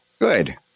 Good